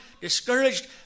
discouraged